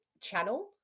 channel